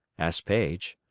asked paige.